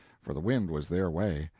for the wind was their way,